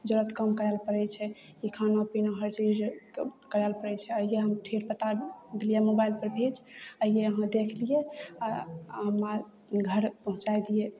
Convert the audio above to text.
जरूरत कम करै लए पड़ै छै ई खाना पीना हर चीज तऽ करै लए पड़ै छै आइये हम ठेर पता दिये मोबाइलपर भेज आइये अहाँ देख लिये आ हमर घर जाइतियै